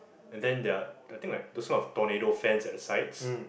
and then there are I think like those kind of tornados fans at the sides